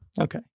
Okay